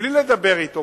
בלי לדבר אתו,